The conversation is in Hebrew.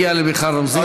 ואגיע למיכל רוזין.